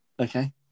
Okay